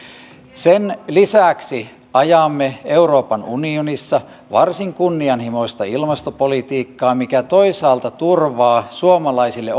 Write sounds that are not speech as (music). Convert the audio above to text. sen lisäksi ajamme euroopan unionissa varsin kunnianhimoista ilmastopolitiikkaa mikä toisaalta turvaa suomalaisille (unintelligible)